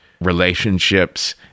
relationships